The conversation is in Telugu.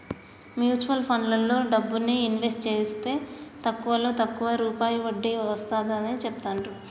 మ్యూచువల్ ఫండ్లలో డబ్బుని ఇన్వెస్ట్ జేస్తే తక్కువలో తక్కువ రూపాయి వడ్డీ వస్తాడని చెబుతాండ్రు